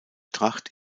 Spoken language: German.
tracht